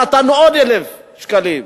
נתנו עוד 1,000 שקלים.